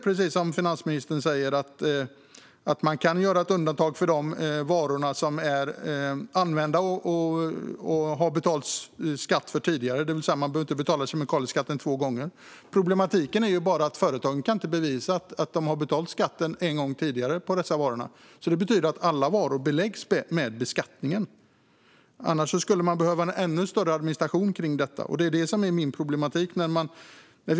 Precis som finansministern säger kan undantag göras för varor som är använda och för vilka skatt har betalats tidigare; man behöver inte betala kemikalieskatt två gånger. Problemet är bara att företagen inte kan bevisa att de redan har betalat skatt för dessa varor. Det betyder alltså att alla varor beläggs med skatten. Annars skulle man behöva en ännu större administration kring detta. Det här är problemet, som jag ser det.